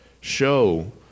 show